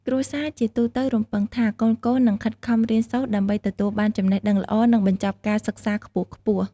គ្រួសារជាទូទៅរំពឹងថាកូនៗនឹង ខិតខំរៀនសូត្រដើម្បីទទួលបានចំណេះដឹងល្អ និងបញ្ចប់ការសិក្សាខ្ពស់ៗ។